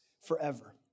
forever